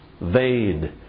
vain